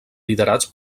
liderats